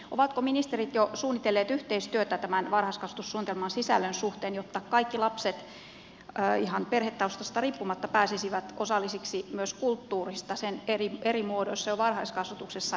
ovatko ministerit jo suunnitelleet yhteistyötä tämän varhaiskasvatussuunnitelman sisällön suhteen jotta kaikki lapset ihan perhetaustasta riippumatta pääsisivät osallisiksi myös kulttuurista sen eri muodoissa jo varhaiskasvatuksessa